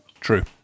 true